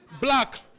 Black